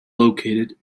located